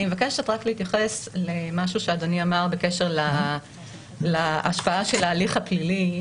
אני מבקשת רק להתייחס למשהו שאדוני אמר בקשר להשפעה של ההליך הפלילי,